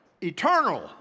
Eternal